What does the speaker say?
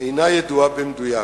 איננה ידועה במדויק.